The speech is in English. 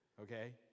Okay